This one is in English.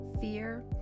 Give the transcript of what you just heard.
fear